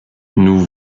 nous